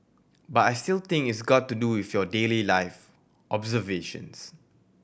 but I still think it's got to do with your daily life observations